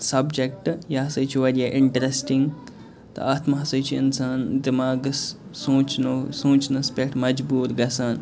subject یہِ ہسا چھُ واریاہ اِنٛٹرسٹنٛگ تہٕ اَتھ منٛز ہسا چھِ اِنسان دٮ۪ماغَس سونٛچہٕ ناو سونٛچنَس پٮ۪ٹھ مجبوٗر گژھان